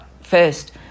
first